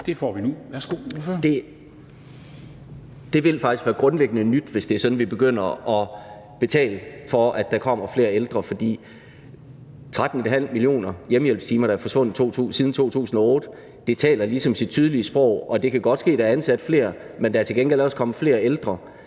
Det vil vel faktisk grundlæggende være nyt, hvis det er sådan, at vi begynder at betale for, at der kommer flere ældre. For at der er forsvundet 13½ millioner hjemmehjælpstimer siden 2008, taler ligesom sit tydelige sprog. Det kan godt ske, at der er ansat flere, men der er til gengæld også kommet flere ældre.